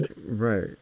Right